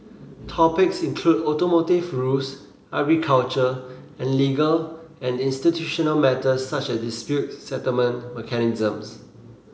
topics include automotive rules agriculture and legal and institutional matters such as dispute settlement mechanisms